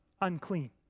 unclean